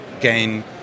gain